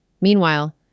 Meanwhile